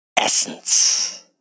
essence